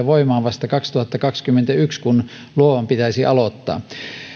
voimaan vasta kaksituhattakaksikymmentäyksi kun luovan pitäisi aloittaa